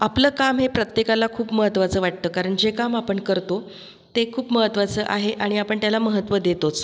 आपलं काम हे प्रत्येकाला खूप महत्त्वाचं वाटतं कारण जे काम आपण करतो ते खूप महत्त्वाचं आहे आणि आपण त्याला महत्त्व देतोच